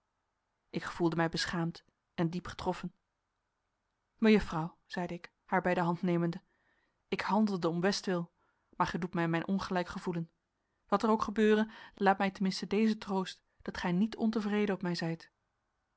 ik gevoelde mij beschaamd en diep getroffen mejuffrouw zeide ik haar bij de hand nemende ik handelde om bestwil maar gij doet mij mijn ongelijk gevoelen wat er ook gebeure laat mij ten minste dezen troost dat gij niet ontevreden op mij zijt